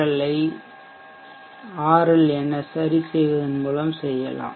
L என சரிசெய்வதன் மூலம் செய்யலாம்